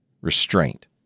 restraint